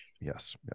yes